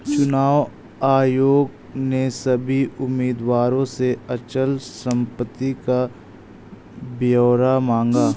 चुनाव आयोग ने सभी उम्मीदवारों से अचल संपत्ति का ब्यौरा मांगा